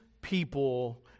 people